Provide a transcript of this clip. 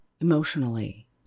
emotionally